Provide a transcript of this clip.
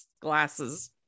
glasses